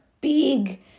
big